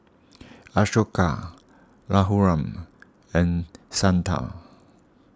Ashoka Raghuram and Santha